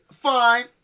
Fine